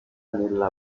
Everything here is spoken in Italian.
nella